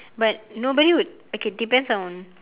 but nobody would okay depends on